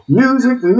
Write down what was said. music